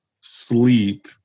sleep